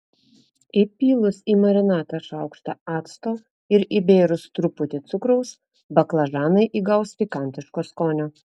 įpylus į marinatą šaukštą acto ir įbėrus truputį cukraus baklažanai įgaus pikantiško skonio